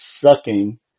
sucking